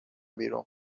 بیرون